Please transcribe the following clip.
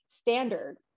standard